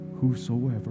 whosoever